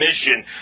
mission